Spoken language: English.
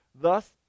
Thus